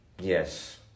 Yes